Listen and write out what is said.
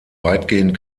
weitgehend